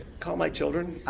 call my children!